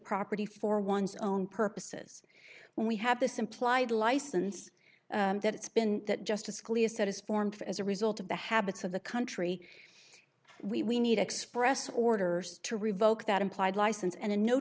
property for one's own purposes when we have this implied license that it's been that justice scalia said is formed as a result of the habits of the country we we need express orders to revoke that implied license and a